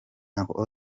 uncle